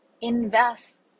invest